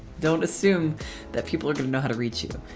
don't assume that people are going to know how to reach you.